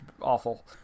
awful